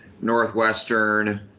Northwestern